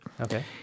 Okay